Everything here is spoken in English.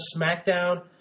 SmackDown